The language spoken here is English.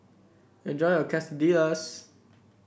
enjoy your Quesadillas